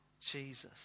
Jesus